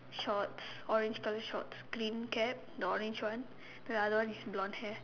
shorts orange colour shorts green cap the orange one the other one is blond hair